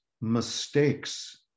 mistakes